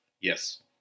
Yes